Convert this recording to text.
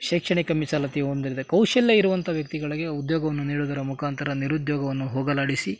ಶೈಕ್ಷಣಿಕ ಮೀಸಲಾತಿ ಒಂದಿರ್ ಕೌಶಲ್ಯ ಇರುವಂಥ ವ್ಯಕ್ತಿಗಳಿಗೆ ಉದ್ಯೋಗವನ್ನು ನೀಡುವುದರ ಮುಖಾಂತರ ನಿರುದ್ಯೋಗವನ್ನು ಹೋಗಲಾಡಿಸಿ